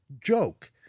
joke